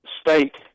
state